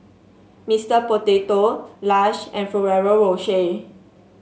Mister Potato Lush and Ferrero Rocher